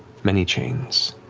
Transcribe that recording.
many chains,